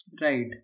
Right